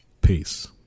Peace